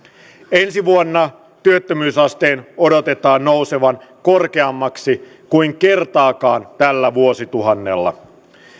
ensi vuonna työttömyysasteen odotetaan nousevan korkeammaksi kuin kertaakaan tällä vuosituhannella